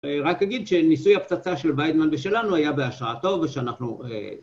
‫רק אגיד שניסוי הפצצה ‫של ויידמן ושלנו היה בהשראתו, ‫ושאנחנו...